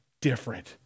different